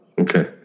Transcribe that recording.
Okay